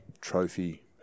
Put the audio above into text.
trophy